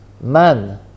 man